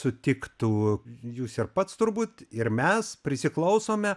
sutiktų jūs ir pats turbūt ir mes prisiklausome